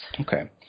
Okay